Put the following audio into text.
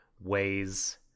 ways